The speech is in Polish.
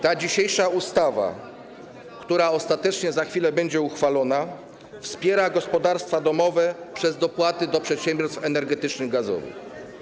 Ta dzisiejsza ustawa, która ostatecznie za chwilę będzie uchwalona, wspiera gospodarstwa domowe przez dopłaty do przedsiębiorstw energetycznych i gazowych.